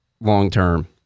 long-term